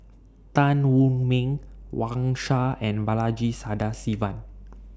Tan Wu Meng Wang Sha and Balaji Sadasivan